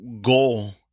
goal